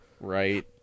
right